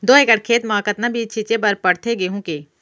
दो एकड़ खेत म कतना बीज छिंचे बर पड़थे गेहूँ के?